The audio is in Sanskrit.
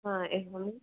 हा एवम्